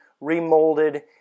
remolded